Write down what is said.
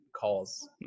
calls